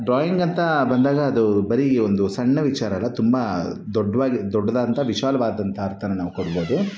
drawing ಅಂತ ಬಂದಾಗ ಅದು ಬರೀ ಒಂದು ಸಣ್ಣ ವಿಚಾರ ಅಲ್ಲ ತುಂಬ ದೊಡ್ವಾಗಿ ದೊಡ್ಡದಾದಂತಹ ವಿಶಾಲವಾದದಂತಹ ಅರ್ಥನ ನಾವು ಕೊಡ್ಬೋದು